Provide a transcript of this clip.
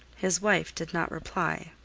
his wife did not reply.